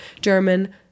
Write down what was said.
German